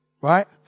right